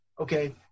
okay